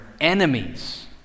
enemies